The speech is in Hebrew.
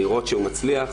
לראות שהוא מצליח,